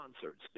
concerts